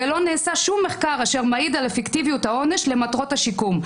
ולא נעשה שום מחקר אשר מעיד על אפקטיביות העונש למטרות השיקום.